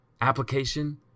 application